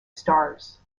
stars